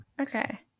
Okay